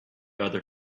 other